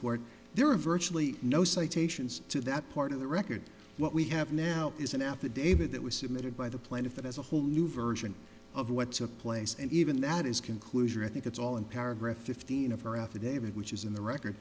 court there are virtually no citations to that part of the record what we have now is an affidavit that was submitted by the plaintiff that has a whole new version of what took place and even that is conclusion i think it's all in paragraph fifteen of her affidavit which is in the record